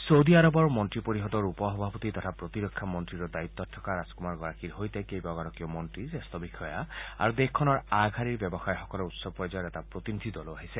Saudi আৰৱৰ মন্ত্ৰী পৰিযদৰ উপ সভাপতি তথা প্ৰতিৰক্ষা মন্ত্ৰীৰো দায়িত্বত থকা ৰাজকুমাৰগৰাকীৰ সৈতে কেইবাগৰাকীও মন্ত্ৰী জ্যেষ্ঠ বিষয়া আৰু দেশখনৰ আগশাৰীৰ ব্যৱসায়ীসকলৰ উচ্চ পৰ্যায়ৰ এটা প্ৰতিনিধি দলো আহিছে